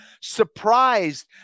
surprised